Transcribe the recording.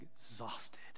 exhausted